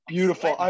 Beautiful